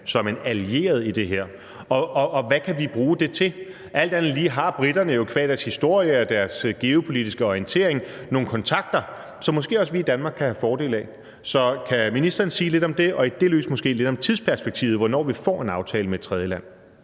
som en allieret i det her? Og hvad kan vi bruge det til? Alt andet lige har briterne jo qua deres historie og deres geopolitiske orientering nogle kontakter, som vi måske også i Danmark kan have fordel af. Så kan ministeren sige lidt om det og i det lys måske lidt om tidsperspektivet, altså med hensyn til hvornår vi får en aftale med et tredjeland?